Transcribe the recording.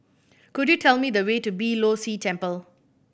could you tell me the way to Beeh Low See Temple